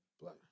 black